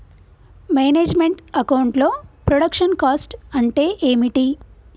Manage meant account లో production cost అంటే ఏమిటి?